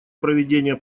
проведения